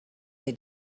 they